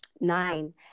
nine